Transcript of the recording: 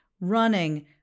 running